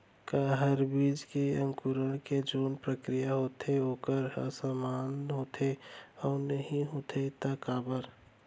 का हर बीज के अंकुरण के जोन प्रक्रिया होथे वोकर ह समान होथे, अऊ नहीं होथे ता काबर?